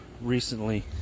recently